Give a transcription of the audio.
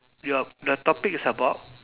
ya the topic is about